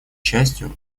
счастью